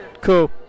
Cool